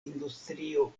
industrio